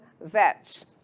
Vets